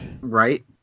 Right